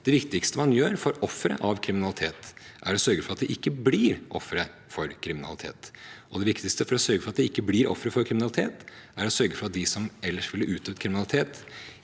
det viktigste man gjør for ofre for kriminalitet, er å sørge for at det ikke blir ofre for kriminalitet – og det viktigste man kan gjøre for at det ikke skal bli ofre for kriminalitet, er å sørge for at de som ellers ville begått kriminalitet,